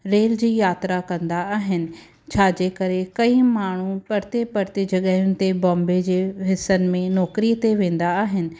rail जी यात्रा कंदा आहिनि छाजे करे कई माण्हू परते परते जॻहियुनि ते बॉम्बे जे हिसनि में नौकरीअ ते वेंदा आहिनि